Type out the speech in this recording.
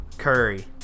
curry